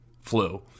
flu